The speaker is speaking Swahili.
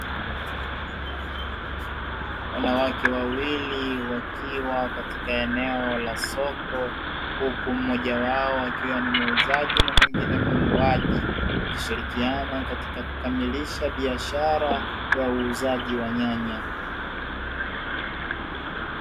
Wanawake wawili wakiwa katika eneo la soko huku mmoja wao akiwa ni muuzaji na mwingine mnunuaji, wakishirikiana katika kukamilisha biashara ya uuzaji wa nyanya.